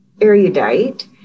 erudite